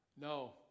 No